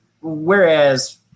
whereas